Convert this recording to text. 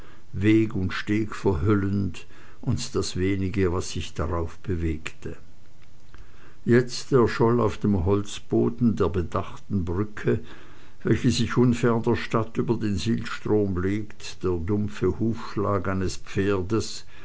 weg und steg verhüllend und das wenige was sich darauf bewegte jetzt erscholl auf dem holzboden der bedachten brücke welche sich unfern der stadt über den sihlstrom legt der dumpfe hufschlag eines pferdes